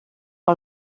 que